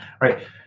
right